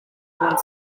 one